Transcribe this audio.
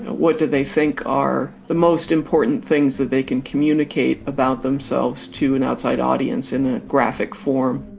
what do they think are the most important things that they can communicate about themselves to an outside audience in a graphic form?